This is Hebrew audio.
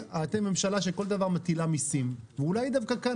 אתם ממשלה שעל כל דבר מטילה מיסים ואולי דווקא כאן,